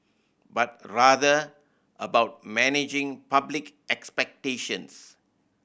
but rather about managing public expectations